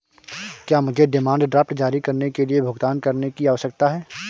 क्या मुझे demand draft जारी करने के लिए भुगतान करने की आवश्यकता है?